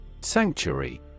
Sanctuary